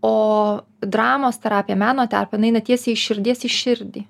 o dramos terapija meno terpė jinai eina tiesiai iš širdies į širdį